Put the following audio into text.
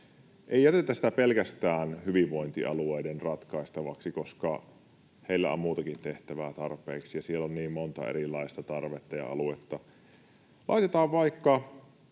Ei jätetä sitä pelkästään hyvinvointialueiden ratkaistavaksi, koska heillä on muutakin tehtävää tarpeeksi ja siellä on niin monta erilaista tarvetta ja aluetta. Laitetaan